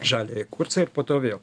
žaliąjį kursą ir po to vėl